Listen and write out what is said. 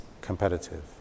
competitive